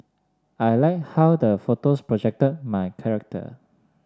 I like how the photos projected my character